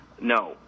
no